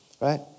right